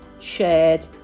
shared